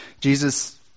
Jesus